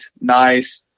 nice